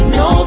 no